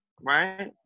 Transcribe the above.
Right